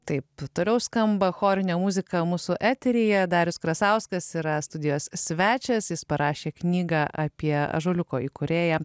taip toliau skamba chorinė muziką mūsų eteryje darius krasauskas yra studijos svečias jis parašė knygą apie ąžuoliuko įkūrėją